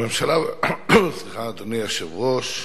אדוני היושב-ראש,